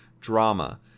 drama